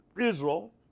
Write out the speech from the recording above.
Israel